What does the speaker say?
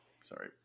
Sorry